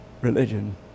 religion